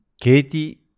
Katie